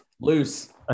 loose